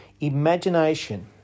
imagination